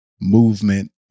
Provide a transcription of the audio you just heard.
movement